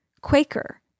Quaker